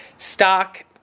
Stock